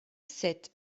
sept